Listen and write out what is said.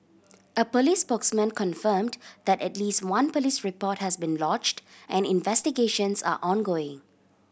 a police spokesman confirmed that at least one police report has been lodged and investigations are ongoing